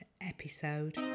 episode